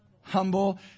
humble